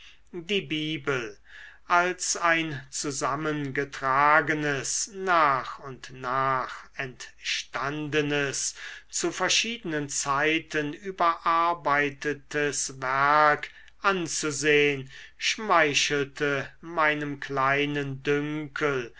die bibel als ein zusammengetragenes nach und nach entstandenes zu verschiedenen zeiten überarbeitetes werk anzusehn schmeichelte meinem kleinen dünkel